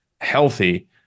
healthy